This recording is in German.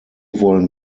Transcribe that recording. wollen